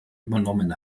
übernommen